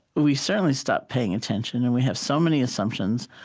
we certainly stop paying attention, and we have so many assumptions,